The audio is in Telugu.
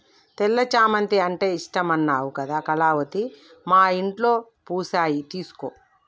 తెల్ల చామంతి అంటే ఇష్టమన్నావు కదా కళావతి మా ఇంట్లో పూసాయి తీసుకో